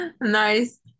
nice